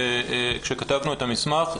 עת כתבנו את המסמך,